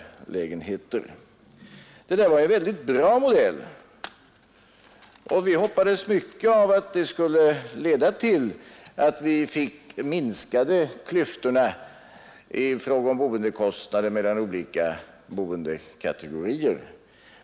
Det var en mycket bra modell, och vi hade livligt hoppats att den skulle leda till minskade klyftor i fråga om boendeköstnader mellan olika boendekategorier.